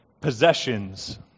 possessions